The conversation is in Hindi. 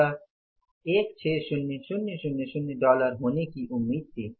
यह 160000 डॉलर होने की उम्मीद थी